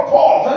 Paul